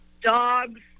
Dogs